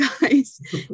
guys